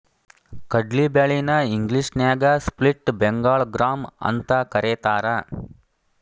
ಕಡ್ಲಿ ಬ್ಯಾಳಿ ನ ಇಂಗ್ಲೇಷನ್ಯಾಗ ಸ್ಪ್ಲಿಟ್ ಬೆಂಗಾಳ್ ಗ್ರಾಂ ಅಂತಕರೇತಾರ